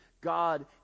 God